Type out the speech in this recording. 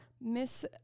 Miss